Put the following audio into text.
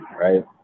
right